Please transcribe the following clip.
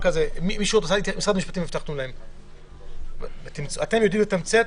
משרד המשפטים, אתם יודעים לתמצת?